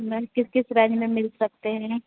م کس کس رج میں مل سکتے ہیں